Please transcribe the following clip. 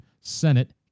Senate